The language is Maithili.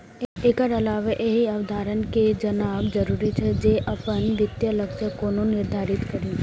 एकर अलावे एहि अवधारणा कें जानब जरूरी छै, जे अपन वित्तीय लक्ष्य कोना निर्धारित करी